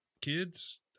kids